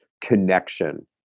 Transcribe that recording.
connection